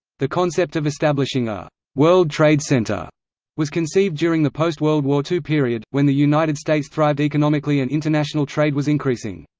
the concept of establishing a world trade center was conceived during the post-world war ii period, when the united states thrived economically and international trade was increasing.